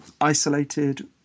isolated